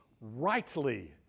rightly